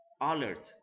alert